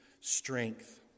strength